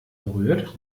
berührt